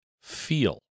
feel